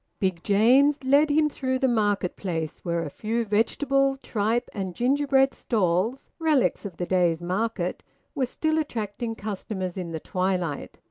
big james led him through the market-place, where a few vegetable, tripe, and gingerbread stalls relics of the day's market were still attracting customers in the twilight.